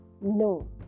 no